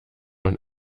man